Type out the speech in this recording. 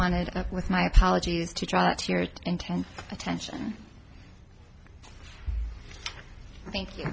wanted up with my apologies to draw intense attention thank you